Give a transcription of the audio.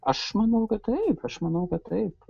aš manau kad taip aš manau kad taip